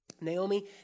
Naomi